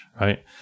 right